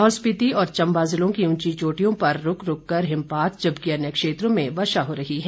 लाहौल स्पीति और चंबा जिलों की उंची चोटियों पर रूक रूक हिमपात जबकि अन्य क्षेत्रों में वर्षा हो रही है